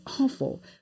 awful